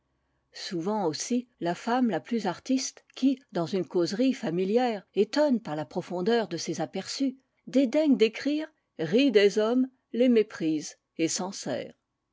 souvent aussi la femme la plus artiste qui dans une causerie familière étonne par la profondeur de ses aperçus dédaigne d'écrire rit des hommes les méprise et